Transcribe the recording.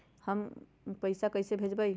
हम पैसा कईसे भेजबई?